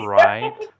right